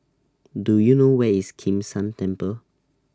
Do YOU know Where IS Kim San Temple